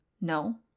No